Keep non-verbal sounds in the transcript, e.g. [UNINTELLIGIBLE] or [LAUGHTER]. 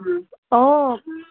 [UNINTELLIGIBLE] অঁ